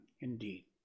Indeed